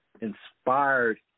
inspired